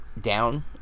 down